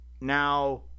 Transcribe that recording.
Now